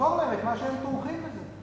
שימכור להם את מה שהם תומכים בו.